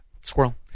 Squirrel